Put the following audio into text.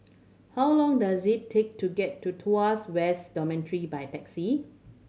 how long does it take to get to Tuas South Dormitory by taxi